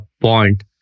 point